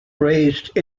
raised